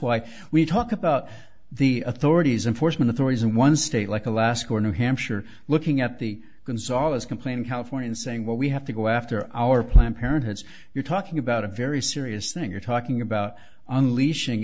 why we talk about the authorities enforcement authorities in one state like alaska or new hampshire looking at the consolidate complain in california and saying well we have to go after our planned parenthoods you're talking about a very serious thing you're talking about unleashing